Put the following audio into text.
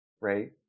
right